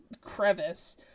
crevice